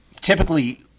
typically